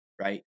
right